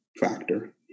factor